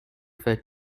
fed